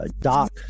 Doc